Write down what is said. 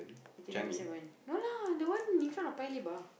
eighty nine point seven no lah the one in front of Paya-Lebar